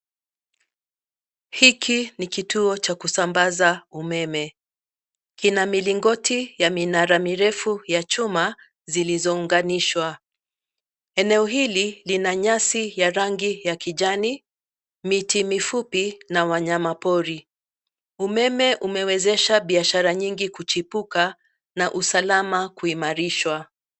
Hiki ni kituo cha kusambaza umeme. Kina milingoti ya minara mirefu ya chuma zilizounganishwa. Eneo hili lina nyasi ya rangi ya kijani, miti mifupi na wanyama pori. Umeme umewezesha biashara nyingi kuchipuka na usalama kuimarishwa.